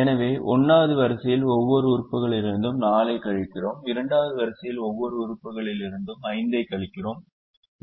எனவே 1 வது வரிசையின் ஒவ்வொரு உறுப்புகளிலிருந்தும் 4 ஐக் கழிக்கிறோம் 2 வது வரிசையின் ஒவ்வொரு உறுப்புகளிலிருந்தும் 5 ஐக் கழிக்கிறோம்